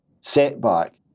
setback